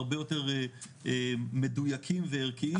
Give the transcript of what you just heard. הרבה יותר מדויקים וערכיים.